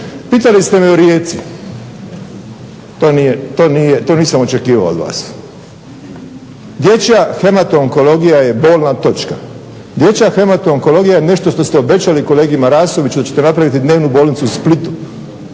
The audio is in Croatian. Pitali ste me o Rijeci, to nisam očekivao od vas. Dječja hematoonkologija je bolna točka. Dječja hematoonkologija je nešto što ste obećali kolegi Marasoviću da ćete napraviti dnevnu bolnicu u Splitu.